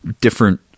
different